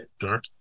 Sure